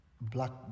black